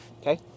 Okay